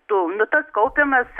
tų nu tas kaupiamas